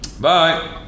bye